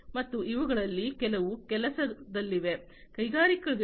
ಮತ್ತು ಇವುಗಳಲ್ಲಿ ಹಲವು ಕೆಲಸದಲ್ಲಿವೆ ಕೈಗಾರಿಕೆಗಳು ಇಂಡಸ್ಟ್ರಿ 4